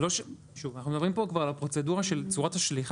אנחנו מדברים כאן על פרוצדורה של צורת המשלוח.